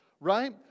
right